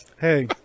hey